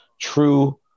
true